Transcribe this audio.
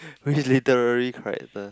which is literally character